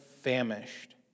famished